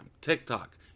TikTok